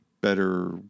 Better